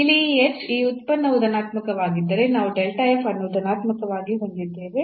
ಇಲ್ಲಿ ಈ hk ಈ ಉತ್ಪನ್ನವು ಧನಾತ್ಮಕವಾಗಿದ್ದರೆ ನಾವು ಈ ಅನ್ನು ಧನಾತ್ಮಕವಾಗಿ ಹೊಂದಿದ್ದೇವೆ